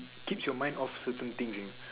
keeps your mind off certain things you